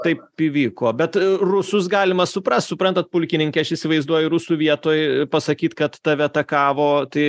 taip įvyko bet rusus galima suprast suprantat pulkininke aš įsivaizduoju rusų vietoj pasakyt kad tave atakavo tai